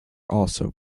also